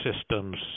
systems –